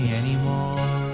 anymore